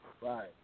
Right